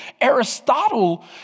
Aristotle